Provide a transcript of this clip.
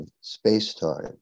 space-time